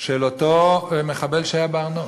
של אותו מחבל שהיה בהר-נוף,